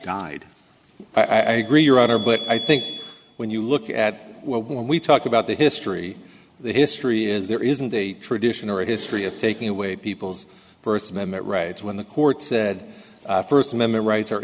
guide i agree your honor but i think when you look at when we talk about the history the history is there isn't a tradition or a history of taking away people's first amendment rights when the court said first amendment rights